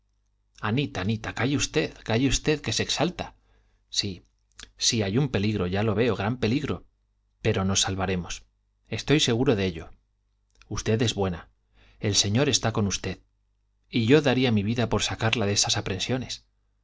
anita anita calle usted calle usted que se exalta sí sí hay peligro ya lo veo gran peligro pero nos salvaremos estoy seguro de ello usted es buena el señor está con usted y yo daría mi vida por sacarla de esas aprensiones